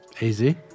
Easy